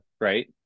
right